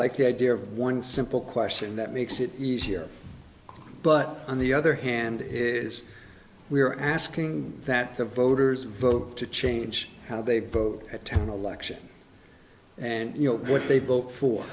like the idea of one simple question that makes it easier but on the other hand is we are asking that the voters vote to change how they vote at ten elections and you know what they vote